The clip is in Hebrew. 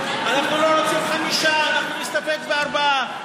אנחנו לא רוצים חמישה, אנחנו נסתפק בארבעה.